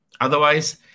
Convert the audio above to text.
Otherwise